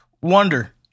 Wonder